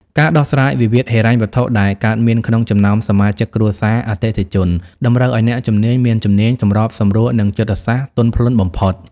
ការដោះស្រាយវិវាទហិរញ្ញវត្ថុដែលកើតមានក្នុងចំណោមសមាជិកគ្រួសារអតិថិជន តម្រូវឱ្យអ្នកជំនាញមានជំនាញសម្របសម្រួល និងចិត្តសាស្ត្រទន់ភ្លន់បំផុត។